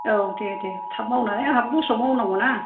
औ दे दे थाब मावनानै आंहाबो दस्रायाव मावनांगौ ना